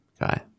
guy